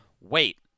wait